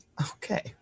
Okay